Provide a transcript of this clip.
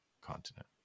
continent